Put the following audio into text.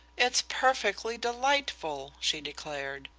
it's perfectly delightful, she declared,